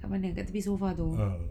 kat mana kat tepi sofa tu